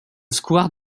square